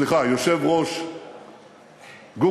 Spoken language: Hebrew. סליחה, יושב-ראש "גוגל",